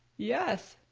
yes.